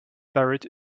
buried